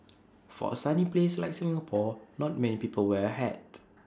for A sunny place like Singapore not many people wear A hat